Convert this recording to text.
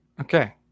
Okay